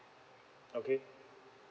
okay